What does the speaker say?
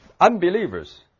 Unbelievers